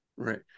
Right